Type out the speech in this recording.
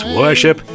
worship